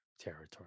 Territory